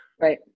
Right